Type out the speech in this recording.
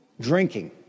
Drinking